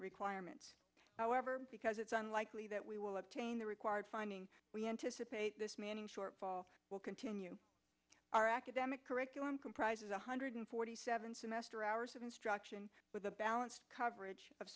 requirements however because it's unlikely that we will obtain the required finding dissipate this manning shortfall will continue our academic curriculum comprises one hundred forty seven semester hours of instruction with a balanced coverage of